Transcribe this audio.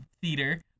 theater